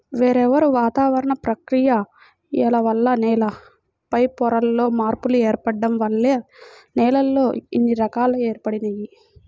వేర్వేరు వాతావరణ ప్రక్రియల వల్ల నేల పైపొరల్లో మార్పులు ఏర్పడటం వల్ల నేలల్లో ఇన్ని రకాలు ఏర్పడినియ్యి